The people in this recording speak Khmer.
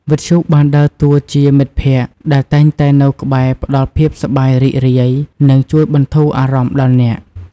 វិទ្យុបានដើរតួជា មិត្តភក្តិ ដែលតែងតែនៅក្បែរផ្តល់ភាពសប្បាយរីករាយ និងជួយបន្ធូរអារម្មណ៍ដល់អ្នក។